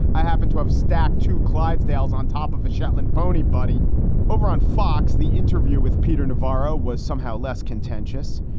i happen to have staff to clydesdales on top of a shetland pony buddy over on fox. the interview with peter navarro was somehow less contentious.